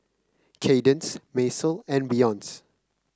Kaydence Macel and Beyonce